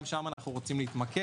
גם שם אנחנו רוצים להתמקד.